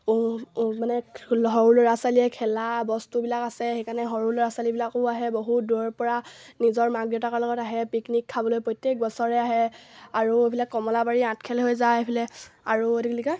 মানে সৰু ল'ৰা ছোৱালীয়ে খেলা বস্তুবিলাক আছে সেইকাৰণে সৰু ল'ৰা ছোৱালীবিলাকো আহে বহুত দূৰৰপৰা নিজৰ মাক দেউতাকৰ লগত আহে পিকনিক খাবলৈ প্ৰত্যেক বছৰে আহে আৰু এইফালে কমলাবাৰী আঠখেল হৈ যায় এইফালে আৰু এইটো কি বুলি কয়